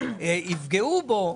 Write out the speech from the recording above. יפגעו בו,